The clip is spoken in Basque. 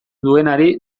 duenari